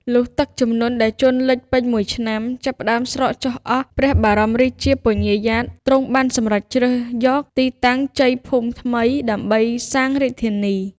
លុះទឹកជំនន់ដែលជន់លេចពេញមួយឆ្នាំ ចាប់ផ្ដើមស្រកចុះអស់ ព្រះបរមរាជា ពញ្ញាយ៉ាត ទ្រង់បានសម្រេចជ្រើសយក ទីតាំងជ័យភូមិថ្មីដើម្បីសាងរាជធានី។